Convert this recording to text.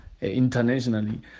internationally